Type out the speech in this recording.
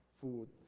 food